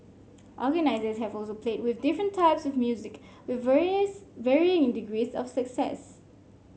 organisers have also played with different types of music with varies varying in degrees of success